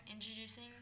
introducing